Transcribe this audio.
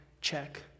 check